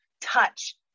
touch